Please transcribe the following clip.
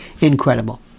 incredible